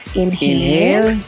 inhale